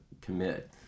commit